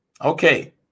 okay